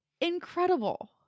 incredible